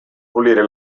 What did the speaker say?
pulire